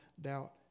doubt